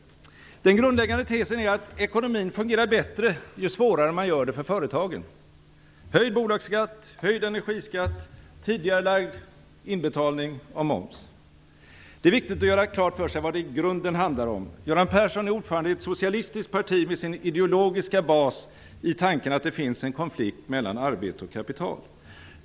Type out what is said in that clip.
Den grundläggande tesen är att ekonomin fungerar bättre ju svårare man gör det för företagen - genom höjd bolagsskatt, höjd energiskatt och tidigarelagd inbetalning av moms. Det är viktigt att göra klart för sig vad det i grunden handlar om. Göran Persson är ordförande i ett socialistiskt parti med sin ideologiska bas i tanken att det finns en konflikt mellan arbete och kapital.